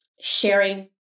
sharing